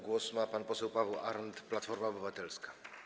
Głos ma pan poseł Paweł Arndt, Platforma Obywatelska.